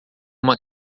uma